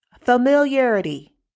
Familiarity